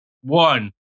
one